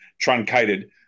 truncated